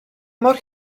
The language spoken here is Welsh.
mor